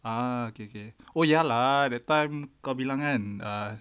ah okay okay oh ya lah that time kau bilang kan ah